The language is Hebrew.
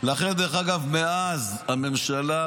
402 ימים